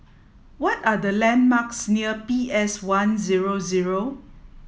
what are the landmarks near P S one zero zero